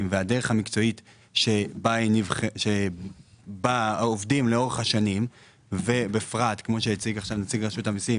ובדרך המקצועית שבה עובדים לאורך השנים ובפרט כפי שהציג נציג רשות המיסים,